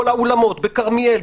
כל האולמות בכרמיאל,